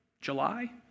July